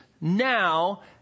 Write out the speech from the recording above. now